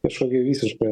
kažkokį visišką